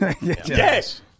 Yes